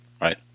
Right